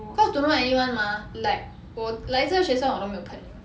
cause don't know anyone mah like 我来这个学校我都没有朋友